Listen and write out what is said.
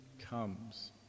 comes